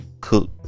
Cook